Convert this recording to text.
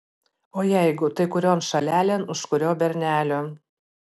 o jeigu tai kurion šalelėn už kurio bernelio